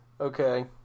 Okay